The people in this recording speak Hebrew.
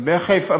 הם חיפאים?